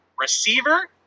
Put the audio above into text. receiver